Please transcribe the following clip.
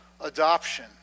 adoption